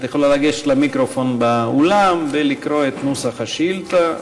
את יכולה לגשת למיקרופון באולם ולקרוא את נוסח השאילתה.